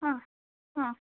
ಹಾಂ ಹಾಂ